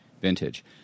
vintage